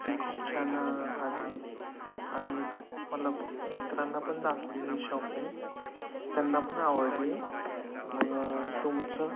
ती खूप छान आली आणि मला मित्रांना पण दाखवली मी शॉपिंग त्यांना पण आवडली मग तुमचं